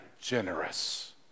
generous